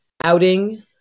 Outing